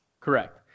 Correct